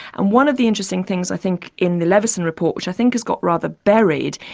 and one of the interesting things i think in the leveson report, which i think has got rather buried,